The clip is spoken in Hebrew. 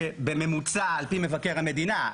שבממוצע על פי מבקר המדינה,